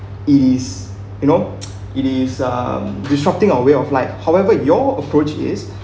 is you know it is um disrupting our way of life however your approach is